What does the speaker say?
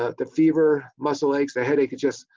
the fever, muscle aches, the headache it just,